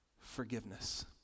forgiveness